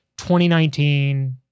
2019